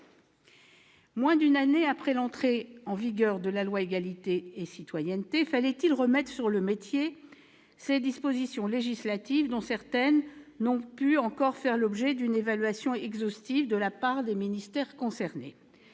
Moins d'une année après l'entrée en vigueur de la loi Égalité et citoyenneté, fallait-il remettre sur le métier ces dispositions législatives, dont certaines n'ont pu encore faire l'objet d'une évaluation exhaustive de la part des ministères concernés ?